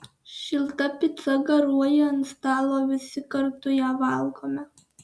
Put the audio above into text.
šilta pica garuoja ant stalo visi kartu ją valgome